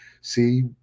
See